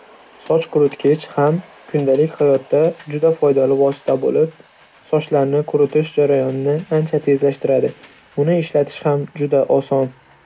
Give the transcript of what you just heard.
Soch quritgich ham kundalik hayotda juda foydali vosita bo'lib, sochlarni quritish jarayonini ancha tezlashtiradi. Uni ishlatish ham juda oson.